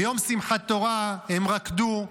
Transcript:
ביום שמחת תורה הם רקדו.